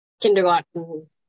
kindergarten